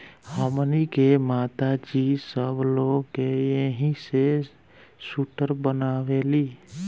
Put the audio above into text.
हमनी के माता जी सब लोग के एही से सूटर बनावेली